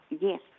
Yes